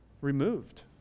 removed